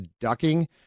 ducking